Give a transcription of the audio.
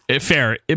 Fair